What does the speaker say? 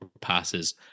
passes